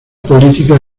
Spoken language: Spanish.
política